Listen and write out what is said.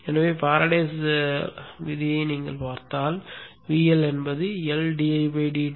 எனவே ஃபாரடேஸ் விதி நீங்கள் பார்த்தால் VL என்பது L